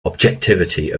objectivity